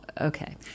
okay